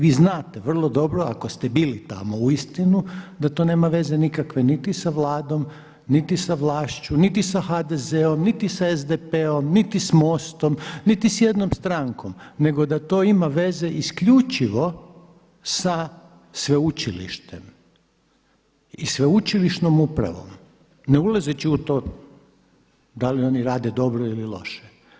Vi znate vrlo dobro ako ste bili tamo uistinu da to nema veze nikakve niti sa Vladom, niti sa vlašću, niti sa HDZ-om, niti sa SDP-om, niti s MOST-om, niti s jednom strankom, nego da to ima veze isključivo sa sveučilištem i sveučilišnom upravom ne ulazeći u to da li oni rade dobro ili loše.